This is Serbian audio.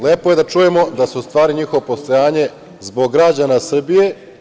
Lepo je da čujemo da je u stvari njihovo postojanje zbog građana Srbije.